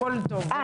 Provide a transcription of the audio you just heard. הכול טוב,